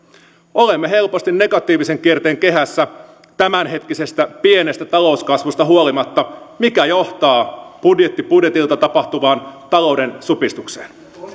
olemme helposti negatiivisen kierteen kehässä tämänhetkisestä pienestä talouskasvusta huolimatta mikä johtaa budjetti budjetilta tapahtuvaan talouden supistukseen